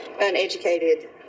uneducated